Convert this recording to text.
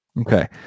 Okay